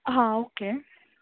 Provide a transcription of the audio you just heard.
हां ओके